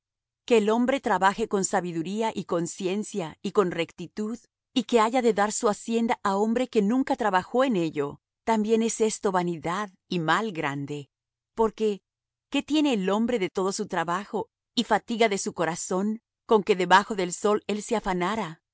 que el hombre trabaje con sabiduría y con ciencia y con rectitud y que haya de dar su hacienda á hombre que nunca trabajó en ello también es esto vanidad y mal grande porque qué tiene el hombre de todo su trabajo y fatiga de su corazón con que debajo del sol él se afanara